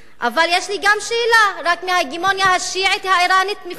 אבל יש לי גם שאלה: רק מההגמוניה השיעית האירנית מפחדים?